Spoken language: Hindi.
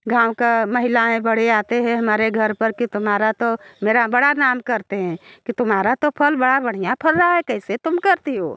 गाँव की महिलाऍं बड़ी आती हैं हमारे घर पर कि तुम्हारा तो मेरा बड़ा नाम करते हैं कि तुम्हारा तो फल बड़ा बढ़िया फर रहा है कैसे तुम करती हो